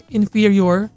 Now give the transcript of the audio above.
inferior